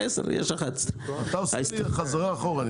10 יש 11. אתה עושה לי חזרה אחורה.